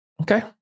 Okay